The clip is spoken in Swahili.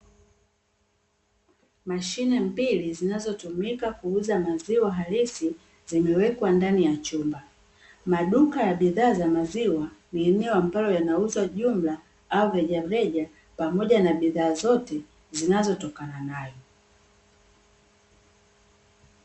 Mashine mbili zinazotumika kuuza maziwa halisi zimewekwa ndani ya chumba. Maduka ya bidhaa za maziwa ni eneo ambalo yanauzwa jumla au rejareja pamoja na bidhaa zote zinazotakana nayo.